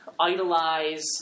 idolize